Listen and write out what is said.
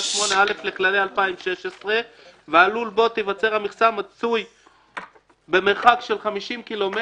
8(א) לכללי 2016 והלול בו תיווצר המכסה מצוי במרחק של 50 ק"מ